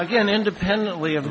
again independently of